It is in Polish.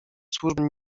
służba